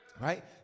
Right